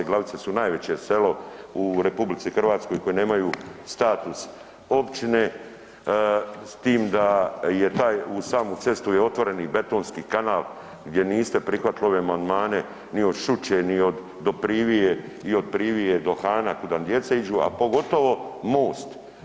Glavice su najveće selo u RH koje nemaju status općine s tim da je uz samu cestu otvoreni betonski kanal gdje niste prihvatili ove amandmane ni od Šuće ni do Privije i od Privije do Hana kud nam djeca iđu, a pogotovo most.